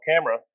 camera